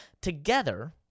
together